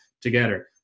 together